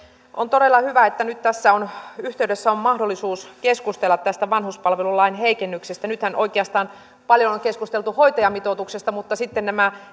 on todella hyvä että nyt tässä yhteydessä on mahdollisuus keskustella tästä vanhuspalvelulain heikennyksestä nythän oikeastaan paljon on keskusteltu hoitajamitoituksesta mutta sitten nämä